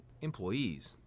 employees